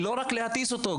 לא רק להטיס אותו,